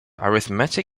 arithmetic